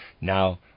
Now